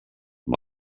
amb